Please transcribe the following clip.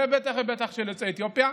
ובטח ובטח של יוצאי אתיופיה,